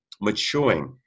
maturing